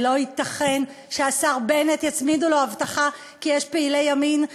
זה לא ייתכן שהשר בנט יצמידו לו אבטחה כי יש פעילי ימין.